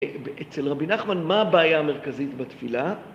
אצל רבי נחמן מה הבעיה המרכזית בתפילה?